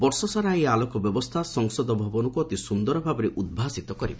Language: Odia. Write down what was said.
ବର୍ଷସାରା ଏହି ଆଲୋକବ୍ୟବସ୍ଥା ସଂସଦ ଭବନକୁ ଅତି ସୁନ୍ଦର ଭାବେ ଉଦ୍ଭାସିତ କରିବ